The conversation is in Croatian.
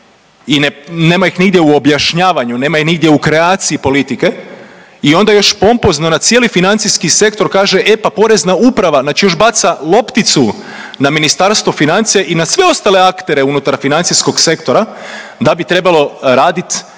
i nema ih nigdje u objašnjavanju, nema ih nigdje u kreaciji politike i onda još pompozno na cijeli financijski sektor kaže e pa Porezna uprava, znači još baca lopticu na Ministarstvo financija i na sve ostale aktere unutar financijskog sektora da bi trebalo radit,